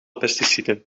pesticiden